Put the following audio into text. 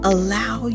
Allow